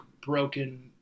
broken